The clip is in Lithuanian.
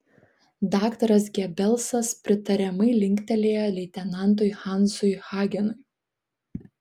daktaras gebelsas pritariamai linktelėjo leitenantui hansui hagenui